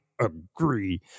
agree